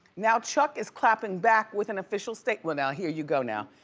now chuck is clapping back with an official statement. now here you go now.